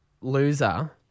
loser